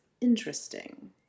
interesting